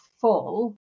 full